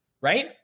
right